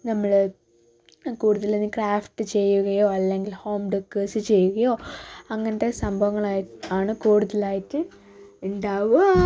നമ്മൾ കൂടുതലൊന്നും ക്രാഫ്റ്റ് ചെയ്യുകയോ അല്ലെങ്കിൽ ഹോം ഡെക്കേർസ് ചെയ്യുകയോ അങ്ങനത്തെ സംഭവങ്ങൾ ആണ് കൂടുതലായിട്ട് ഉണ്ടാവുക